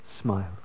smile